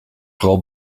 vooral